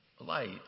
light